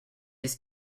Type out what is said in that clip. his